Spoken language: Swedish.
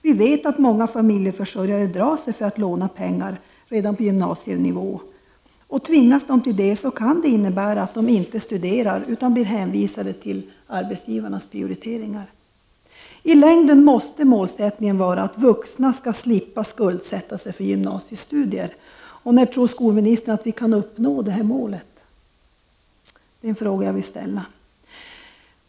Vi vet att många familjeförsörjare drar sig för att låna pengar redan för studier på gymnasienivå, och tvingas de till det, kan det innebära att de inte börjar studera eller blir hänvisade till arbetsgivarnas prioriteringar. I längden måste vår målsättning vara att vuxna skall slippa skuldsätta sig för gymnasiestudier. När tror skolministern att vi kan uppnå detta mål?